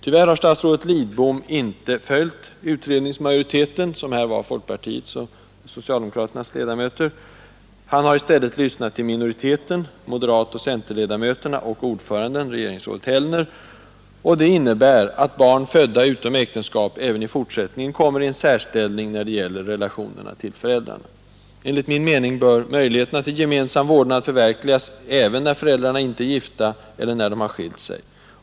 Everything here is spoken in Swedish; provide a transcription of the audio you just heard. Tyvärr har statsrådet Lidbom inte följt utredningsmajoriteten, som i detta fall utgjordes av folkpartiets och socialdemokraternas ledamöter, utan i stället lyssnat till minoriteten — moderatoch centerledamöterna och ordföranden regeringsrådet Hellner. Det innebär att barn födda utom äktenskapet även i fortsättningen kommer i en särställning när det gäller relationerna till föräldrarna. Enligt min mening bör möjlighet skapas till gemensam vårdnad när föräldrarna inte är gifta eller när de har skilt sig.